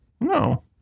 No